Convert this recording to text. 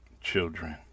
children